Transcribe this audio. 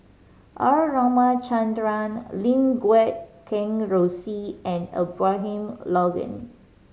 R Ramachandran Lim Guat Kheng Rosie and Abraham Logan